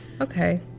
Okay